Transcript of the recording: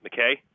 McKay